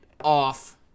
off